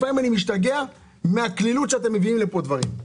לפעמים אני משתגע מהקלילות שבה אתם מביאים לפה דברים.